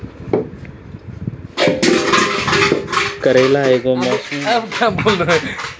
करेला एगो मौसमी मानसूनी तरकारी छै, इ एंटीआक्सीडेंट आरु फ्लेवोनोइडो के एगो भरपूर स्त्रोत छै